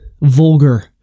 vulgar